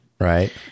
Right